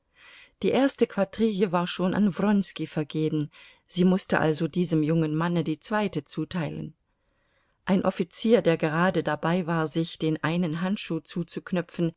die erste quadrille war schon an wronski vergeben sie mußte also diesem jungen manne die zweite zuteilen ein offizier der gerade dabei war sich den einen handschuh